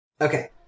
Okay